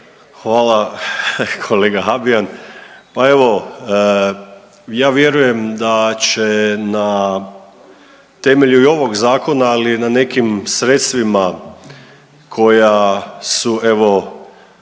Hvala kolega Habijan. Pa evo ja vjerujem da će na temelju i ovoga zakona, ali i na nekim sredstvima koja su evo